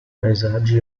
paesaggi